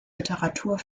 literatur